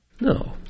No